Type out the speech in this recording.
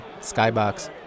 skybox